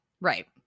Right